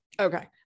Okay